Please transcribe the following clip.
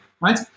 right